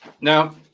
now